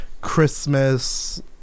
Christmas